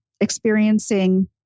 experiencing